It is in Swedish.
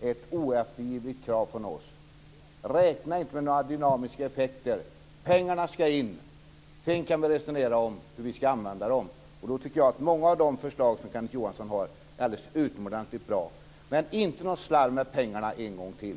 är ett oeftergivligt krav från oss: Räkna inte med några dynamiska effekter. Pengarna ska in. Sedan kan vi resonera om hur vi ska använda dem. Då tycker jag att många av de förslag som Kenneth Johansson har är alldeles utomordentligt bra. Men slarva inte med pengarna en gång till.